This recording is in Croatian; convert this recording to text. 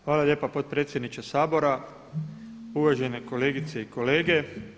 Hvala lijepa potpredsjedniče Sabora, uvažene kolegice i kolege.